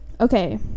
Okay